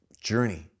journey